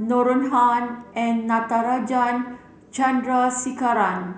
Noronha and Natarajan Chandrasekaran